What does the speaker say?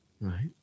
Right